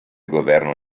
governo